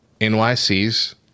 NYC's